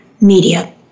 media